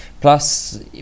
Plus